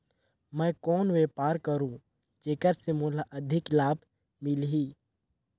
मैं कौन व्यापार करो जेकर से मोला अधिक लाभ मिलही?